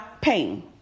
pain